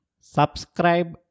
Subscribe